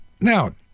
Now